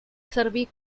servir